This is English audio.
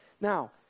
Now